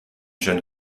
jeune